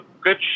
good